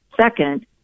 Second